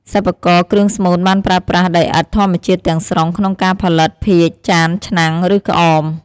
សិប្បករគ្រឿងស្មូនបានប្រើប្រាស់ដីឥដ្ឋធម្មជាតិទាំងស្រុងក្នុងការផលិត ភាជន៍ ចាន ឆ្នាំង ឬក្អម ។